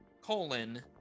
colon